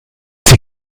sie